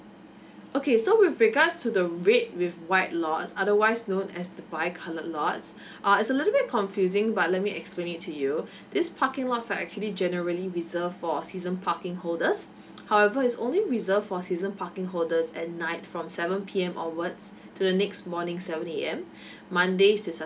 okay so with regards to the red with white lot otherwise known as the bi coloured lots uh is a little bit confusing but let me explain it to you this parking lots are actually generally reserve for season parking holders however is only reserve for season parking holders at night from seven P_M onwards the next morning seven A_M mondays to saturdays